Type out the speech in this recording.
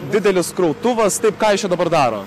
didelis krautuvas taip ką jis čia dabar daro